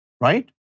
right